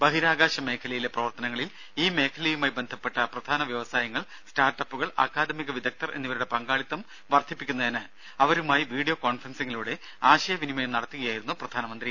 ബഹിരാകാശ മേഖലയിലെ പ്രവർത്തനങ്ങളിൽ ഈ മേഖലയുമായി ബന്ധപ്പെട്ട പ്രധാന വ്യവസായങ്ങൾ സ്റ്റാർട്ടപ്പുകൾ അക്കാദമിക വിദഗ്ദ്ധർ എന്നിവരുടെ പങ്കാളിത്തം വർദ്ധിപ്പിക്കുന്നതിന് അവരുമായി വീഡിയോ കോൺഫറൻസിംഗിലൂടെ ആശയ വിനിമയം നടത്തുകയായിരുന്നു പ്രധാനമന്ത്രി